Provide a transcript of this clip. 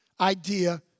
idea